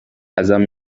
ازم